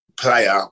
player